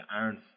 Iron